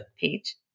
page